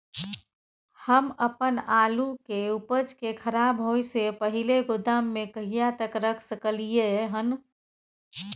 हम अपन आलू के उपज के खराब होय से पहिले गोदाम में कहिया तक रख सकलियै हन?